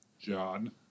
John